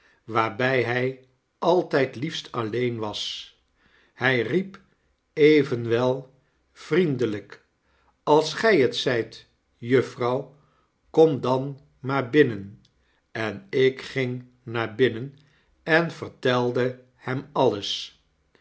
waarby hy altyd liefst alleen was hy riep evenwel vriendelyk alsgy het zyt juffrouw kom dan maar binnen enik ging naar binnen en vertelde hem alles